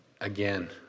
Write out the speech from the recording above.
Again